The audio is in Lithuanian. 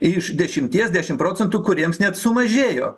iš dešimties dešimt procentų kuriems net sumažėjo